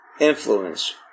influence